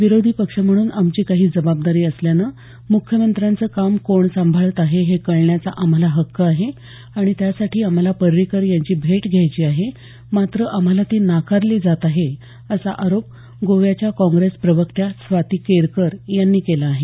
विरोधी पक्ष म्हणून आमची काही जबाबदारी असल्यानं मुख्यमंत्र्यांचं काम कोण सांभाळत आहे हे कळण्याचा आम्हाला हक्क आहे आणि त्यासाठी आम्हाला पर्रीकर यांची भेट घ्यायची आहे मात्र आम्हाला ती नाकारली जात आहे असा आरोप गोव्याच्या काँग्रेस प्रवक्त्या स्वाती केरकर यांनी केला आहे